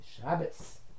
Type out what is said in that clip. Shabbos